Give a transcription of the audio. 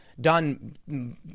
done